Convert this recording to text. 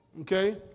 Okay